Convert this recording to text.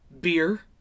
Beer